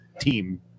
team